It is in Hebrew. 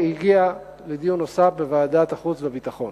והוא הגיע לדיון נוסף בוועדת החוץ והביטחון.